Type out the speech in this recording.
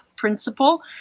principle